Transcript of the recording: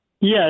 Yes